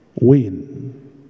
Win